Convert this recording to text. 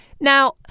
Now